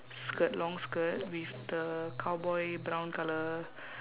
skirt long skirt with the cowboy brown colour